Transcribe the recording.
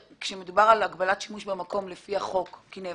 כשמדובר על הגבלת שימוש במקום כי נעברה